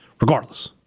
regardless